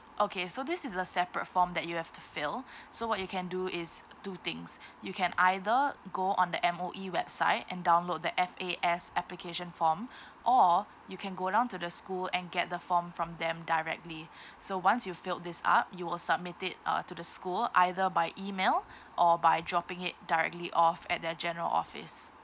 okay so this is a separate form that you have to fill so what you can do is two things you can either go on the M_O_E website and download the F_A_S application form or you can go down to the school and get the form from them directly so once you filled this up you will submit it uh to the school either by email or by dropping it directly off at their general office